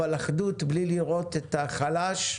אבל אחדות בלי לראות את החלש,